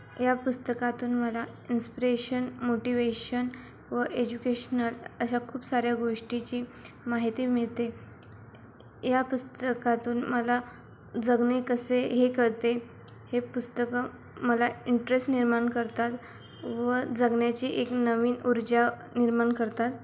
या पुस्तकातून मला इन्स्पिरेशन मोटिवेशन व एज्युकेशनल अशा खूप साऱ्या गोष्टीची माहिती मिळते या पुस्तकातून मला जगणे कसे हे कळते हे पुस्तकं मला इंटरेस्ट निर्माण करतात